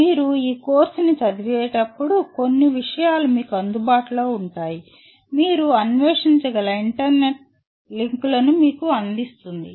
మీరు ఈ కోర్సుని చదివేటప్పుడు కొన్ని విషయాలు మీకు అందుబాటులో ఉంటాయి మీరు అన్వేషించగల ఇంటర్నెట్ లింక్లను మీకు అందిస్తుంది